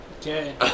Okay